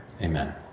Amen